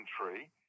country